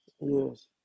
Yes